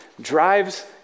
drives